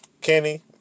Kenny